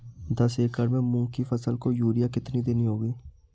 दस एकड़ में मूंग की फसल को यूरिया कितनी देनी होगी?